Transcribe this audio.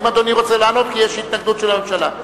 האם אדוני רוצה לענות כי יש התנגדות של הממשלה?